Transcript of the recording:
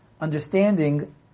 understanding